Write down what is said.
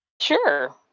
Sure